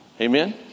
Amen